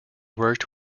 worked